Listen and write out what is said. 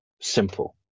Simple